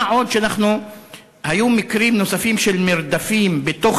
מה עוד שהיו מקרים נוספים של מרדפים בתוך